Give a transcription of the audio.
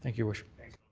your worship.